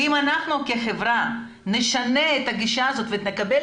אם אנחנו כחברה נשנה את הגישה הזאת ונקבל